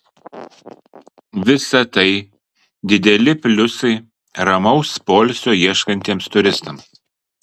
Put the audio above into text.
visa tai dideli pliusai ramaus poilsio ieškantiems turistams